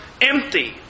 Empty